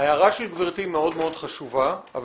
ההערה של גברתי חשובה מאוד,